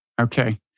Okay